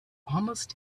almost